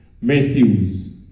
Matthews